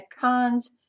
cons